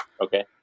Okay